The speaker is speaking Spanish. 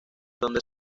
donde